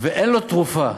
ואין לו תרופה,